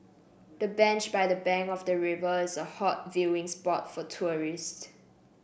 the bench by the bank of the river is a hot viewing spot for tourists